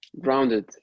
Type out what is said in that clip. grounded